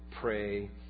pray